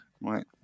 right